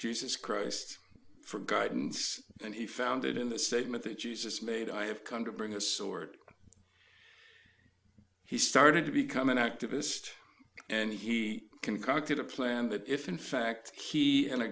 jesus christ for guidance and he found it in the statement that jesus made i have come to bring a sword he started to become an activist and he concocted a plan that if in fact he